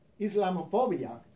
Islamophobia